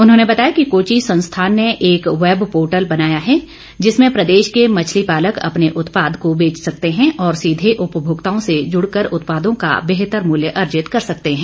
उन्होंने बताया कि कोची संस्थान ने एक वैब पोर्टल बनाया है जिसमें प्रदेश के मछली पालक अपने उत्पाद को बेच सकते हैं और सीधे उपभोक्ताओं से जुड़ कर उत्पादों का बेहतर मूल्य अर्जित कर सकते हैं